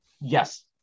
Yes